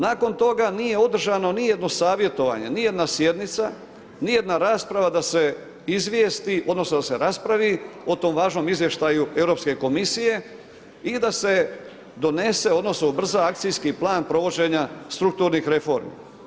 Nakon toga nije održano nijedno savjetovanje, nijedna sjednica, nijedna rasprava da se izvijesti odnosno da se raspravi o tom važnom izvještaju Europske komisije i da se donese odnosno ubrza Akcijski plan provođenja strukturnih reformi.